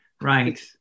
Right